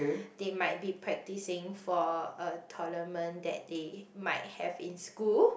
they might be practicing for a tournament that they might have in school